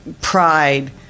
pride